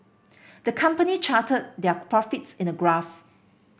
the company charted their profits in a graph